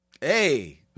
hey